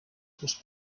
was